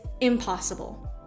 impossible